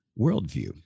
worldview